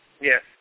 yes